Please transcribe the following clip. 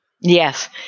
Yes